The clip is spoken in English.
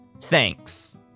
Thanks